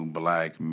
black